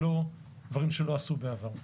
דברים שלא עשו בעבר?